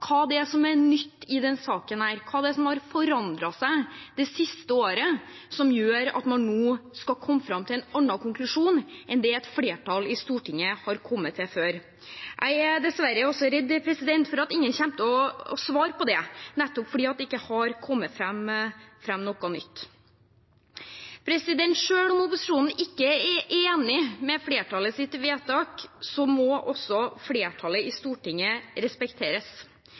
hva det er som er nytt i denne saken, hva det er som har forandret seg det siste året som gjør at man nå skal komme fram til en annen konklusjon enn det et flertall i Stortinget har kommet til før. Jeg er dessverre også redd for at ingen kommer til å svare på det, nettopp fordi det ikke har kommet fram noe nytt. Selv om opposisjonen ikke er enig i flertallets vedtak, må også flertallet i Stortinget respekteres.